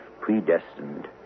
predestined